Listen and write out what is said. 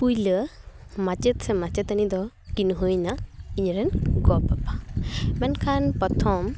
ᱯᱩᱭᱞᱟᱹ ᱢᱟᱪᱮᱫ ᱥᱮ ᱢᱟᱪᱮᱛᱟᱹᱱᱤ ᱫᱚ ᱠᱤᱱ ᱦᱩᱭᱮᱱᱟ ᱤᱧ ᱨᱮᱱ ᱜᱚ ᱵᱟᱵᱟ ᱢᱮᱱᱠᱷᱟᱱ ᱯᱚᱨᱛᱷᱚᱢ